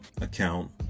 account